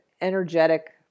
energetic